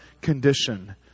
condition